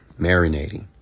marinating